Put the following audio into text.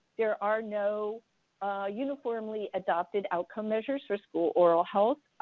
there are no uniformly adopted outcome measures for school oral health.